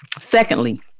secondly